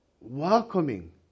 welcoming